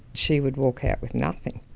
she would walk out with nothing.